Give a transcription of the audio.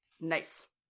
nice